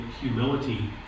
humility